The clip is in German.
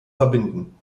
verbinden